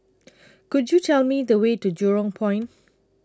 Could YOU Tell Me The Way to Jurong Point